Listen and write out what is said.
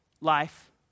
life